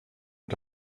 und